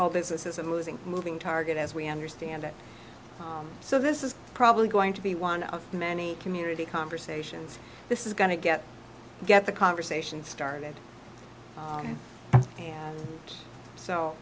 whole business is a losing moving target as we understand it so this is probably going to be one of many community conversations this is going to get get the conversation started and so